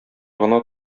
гына